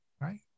right